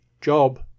job